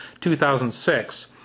2006